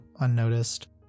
unnoticed